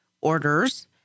orders